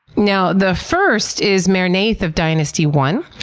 now, the first is merneith of dynasty one.